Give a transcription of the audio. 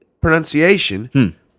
pronunciation